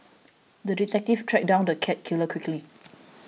the detective tracked down the cat killer quickly